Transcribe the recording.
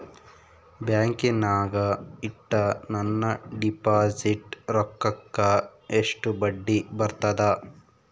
ಬ್ಯಾಂಕಿನಾಗ ಇಟ್ಟ ನನ್ನ ಡಿಪಾಸಿಟ್ ರೊಕ್ಕಕ್ಕ ಎಷ್ಟು ಬಡ್ಡಿ ಬರ್ತದ?